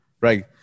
right